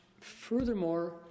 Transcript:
Furthermore